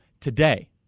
today